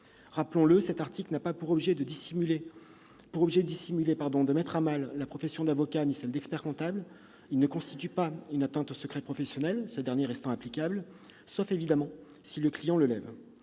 Rappelons-le, cet article n'a pas pour objet dissimulé de mettre à mal la profession d'avocat ni celle d'expert-comptable. Il ne constitue pas une atteinte au secret professionnel, ce dernier restant applicable, sauf si le client le lève.